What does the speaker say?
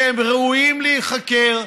שהם ראויים להיחקר,